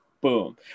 boom